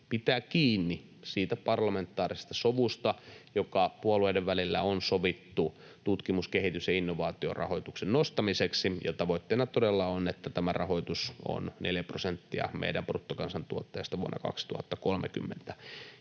pitää kiinni siitä parlamentaarisesta sovusta, joka puolueiden välillä on sovittu tutkimus-, kehitys- ja innovaatiorahoituksen nostamiseksi. Tavoitteena todella on, että tämä rahoitus on neljä prosenttia meidän bruttokansantuotteesta vuonna 2030.